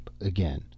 again